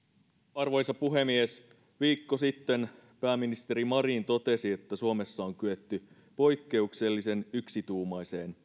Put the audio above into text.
arvoisa puhemies viikko sitten pääministeri marin totesi että suomessa on kyetty poikkeuksellisen yksituumaiseen